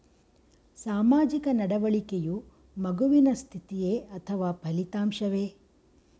ಸಾಮಾಜಿಕ ನಡವಳಿಕೆಯು ಮಗುವಿನ ಸ್ಥಿತಿಯೇ ಅಥವಾ ಫಲಿತಾಂಶವೇ?